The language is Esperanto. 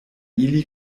ili